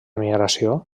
migració